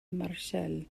martial